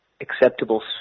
acceptable